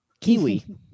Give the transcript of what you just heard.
kiwi